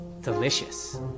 Delicious